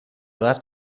left